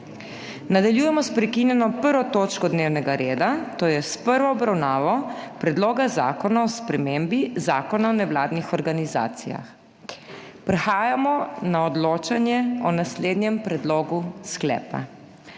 **Nadaljujemo s prekinjeno 1. točko dnevnega reda - prva obravnava Predloga zakona o spremembi Zakona o nevladnih organizacijah.** Prehajamo na odločanje o naslednjem predlogu sklepa: